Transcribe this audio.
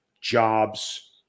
jobs